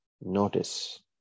notice